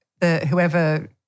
whoever